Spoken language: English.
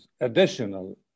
additional